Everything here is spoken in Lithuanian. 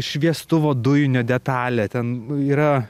šviestuvo dujinio detalę ten yra